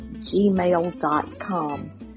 gmail.com